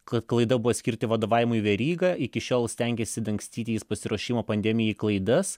kad klaida buvo skirti vadovavimui verygą iki šiol stengėsi dangstyti jis pasiruošimo pandemijai klaidas